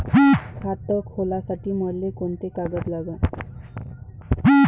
खात खोलासाठी मले कोंते कागद लागन?